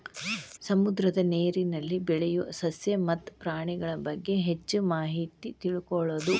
ಸಮುದ್ರದ ನೇರಿನಲ್ಲಿ ಬೆಳಿಯು ಸಸ್ಯ ಮತ್ತ ಪ್ರಾಣಿಗಳಬಗ್ಗೆ ಹೆಚ್ಚ ಮಾಹಿತಿ ತಿಳಕೊಳುದು